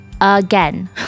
again